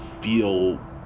feel